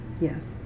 Yes